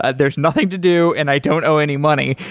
and there's nothing to do and i don't owe any money.